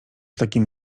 takim